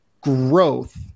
growth